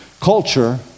culture